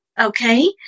Okay